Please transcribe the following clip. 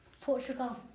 Portugal